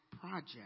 project